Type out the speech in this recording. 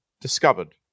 discovered